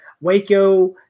waco